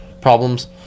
problems